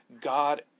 God